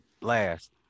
blast